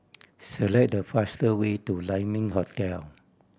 select the faster way to Lai Ming Hotel